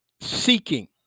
seeking